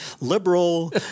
liberal